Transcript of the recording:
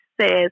says